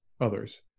others